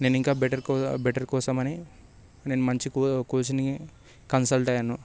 నేను ఇంకా better better కోసమని నేను మంచి కోచ్ని కన్సల్ట్ అయ్యాను